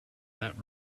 that